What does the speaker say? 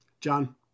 John